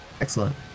Excellent